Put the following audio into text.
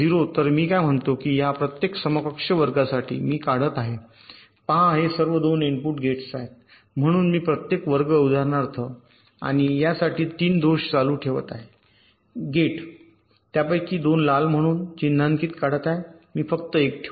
तर मी काय म्हणतो आहे की या प्रत्येक समकक्ष वर्गासाठी मी काढत आहे पहा हे सर्व 2 इनपुट गेट्स आहेत म्हणून प्रत्येक वर्ग उदाहरणार्थ आणि या साठी 3 दोष चालू ठेवत आहे गेट मी त्यापैकी दोन लाल म्हणून चिन्हांकित काढत आहे मी फक्त एक ठेवतो